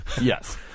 Yes